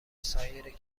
سایر